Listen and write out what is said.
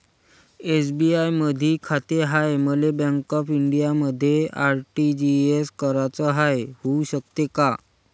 SBI मधी खाते हाय, मले बँक ऑफ इंडियामध्ये आर.टी.जी.एस कराच हाय, होऊ शकते का?